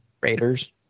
Raiders